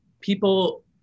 people